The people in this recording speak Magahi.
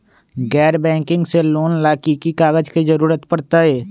गैर बैंकिंग से लोन ला की की कागज के जरूरत पड़तै?